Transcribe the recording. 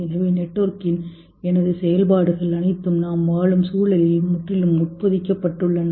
எனவே நெட்வொர்க்கின் எனது செயல்பாடுகள் அனைத்தும் நான் வாழும் சூழலில் முற்றிலும் உட்பொதிக்கப்பட்டுள்ளன